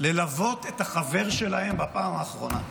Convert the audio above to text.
ללוות את החבר שלהם בפעם האחרונה.